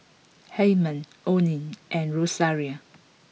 Hymen Oney and Rosaria